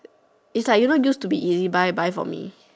it's like you know used to be Ezbuy buy for me